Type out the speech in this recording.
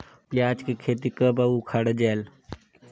पियाज के खेती कब अउ उखाड़ा जायेल?